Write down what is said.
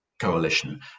coalition